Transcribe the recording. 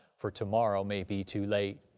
for tomorrow may be too late.